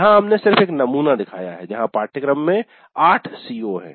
यहां हमने सिर्फ एक नमूना दिखाया है जहां पाठ्यक्रम में 8 CO हैं